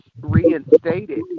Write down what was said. reinstated